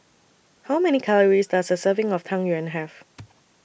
How Many Calories Does A Serving of Tang Yuen Have